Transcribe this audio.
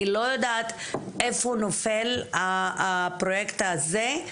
אני לא יודעת איפה נופל הפרוייקט הזה,